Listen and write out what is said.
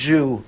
Jew